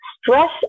stress